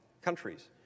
countries